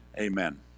Amen